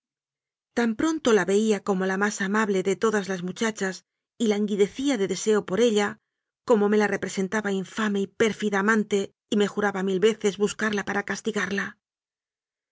tan pronto la veía como la más amable de todas las muchachas y languidecía de deseo por ella como me la representaba infame y pérfida amante y me juraba mil veces buscarla para castigarla